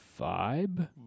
Vibe